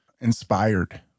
inspired